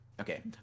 okay